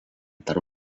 tarp